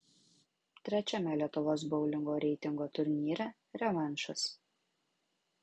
trečiame lietuvos boulingo reitingo turnyre revanšas